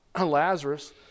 Lazarus